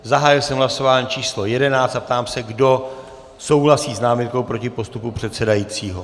Zahájil jsem hlasování číslo 11 a ptám se, kdo souhlasí s námitkou proti postupu předsedajícího.